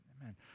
Amen